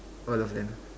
all of them